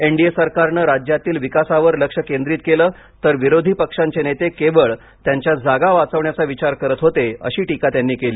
NDA सरकारनं राज्यातील विकासावर लक्ष केंद्रित केलं तर विरोधक पक्षांचे नेते केवळ त्यांच्या जागा वाचवण्याचा विचार करत होते अशी टीका त्यांनी केली